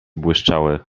błyszczały